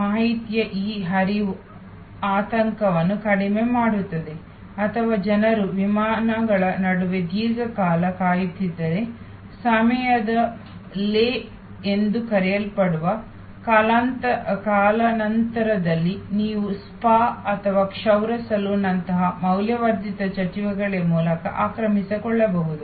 ಮಾಹಿತಿಯ ಈ ಹರಿವು ಆತಂಕವನ್ನು ಕಡಿಮೆ ಮಾಡುತ್ತದೆ ಅಥವಾ ಜನರು ವಿಮಾನಗಳ ನಡುವೆ ದೀರ್ಘಕಾಲ ಕಾಯುತ್ತಿದ್ದರೆ ಸಮಯದ ಲೇ ಎಂದು ಕರೆಯಲ್ಪಡುವ ಕಾಲಾನಂತರದಲ್ಲಿ ನೀವು ಸ್ಪಾ ಅಥವಾ ಕ್ಷೌರ ಸಲೂನ್ನಂತಹ ಮೌಲ್ಯವರ್ಧಿತ ಚಟುವಟಿಕೆಗಳ ಮೂಲಕ ಆಕ್ರಮಿಸಿಕೊಳ್ಳಬಹುದು